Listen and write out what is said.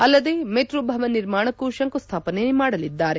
ಅಲ್ಲದೆ ಮೆಟ್ರೋ ಭವನ್ ನಿರ್ಮಾಣಕ್ಕೂ ಶಂಕುಸ್ಥಾಪನೆ ಮಾಡಲಿದ್ದಾರೆ